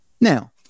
Now